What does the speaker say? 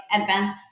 advanced